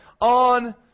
on